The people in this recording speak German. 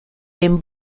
dem